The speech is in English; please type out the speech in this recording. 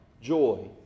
joy